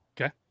Okay